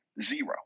Zero